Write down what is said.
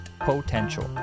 potential